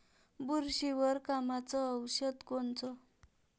बुरशीवर कामाचं औषध कोनचं?